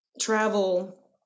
travel